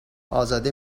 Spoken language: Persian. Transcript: ازاده